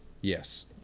Yes